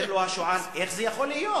אומר לו השועל: איך זה יכול להיות?